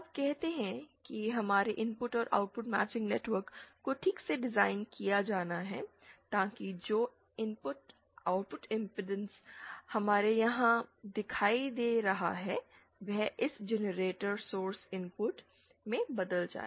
अब कहते हैं कि हमारे इनपुट और आउटपुट मैचिंग नेटवर्क को ठीक से डिज़ाइन किया जाना है ताकि जो आउटपुट इम्पैडेंस हमें यहां दिखाई दे रहा है वह इस जनरेटर सोर्स इनपुट में बदल जाए